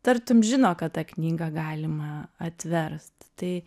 tartum žino kad tą knygą galima atverst tai